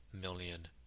million